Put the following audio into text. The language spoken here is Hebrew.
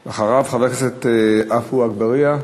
אחריו, חבר הכנסת עפו אגבאריה,